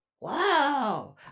Wow